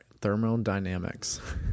thermodynamics